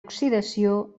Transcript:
oxidació